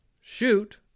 shoot